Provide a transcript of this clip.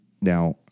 Now